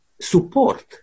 support